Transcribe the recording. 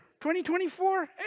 2024